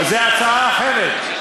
זו הצעה אחרת.